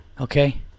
okay